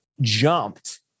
jumped